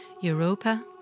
Europa